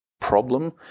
problem